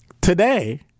today